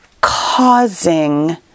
causing